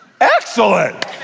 Excellent